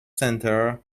center